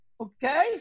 Okay